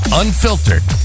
unfiltered